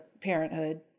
parenthood